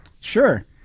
Sure